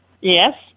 Yes